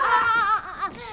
ah